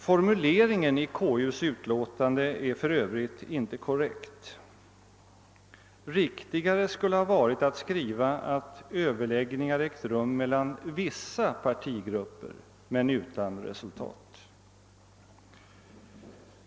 Formuleringen i konstitutionsutskottets utlåtande är för övrigt inte korrekt. Riktigare skulle ha varit att skriva att »Överläggningar ägt rum mellan vissa partigrupper, men utan resultat».